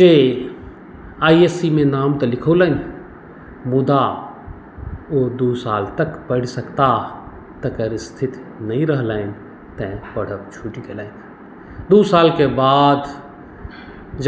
जे I S C मे नाम तऽ लिखौलनि मुदा ओ दू साल तक पढ़ि सकता तकर स्थिति नहि रहलनि तेँ पढ़ब छूटि गेलनि दू सालके बाद